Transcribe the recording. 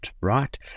right